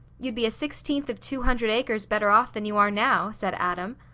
you'd be a sixteenth of two hundred acres better off than you are now, said adam.